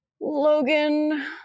Logan